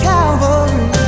Calvary